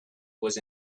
was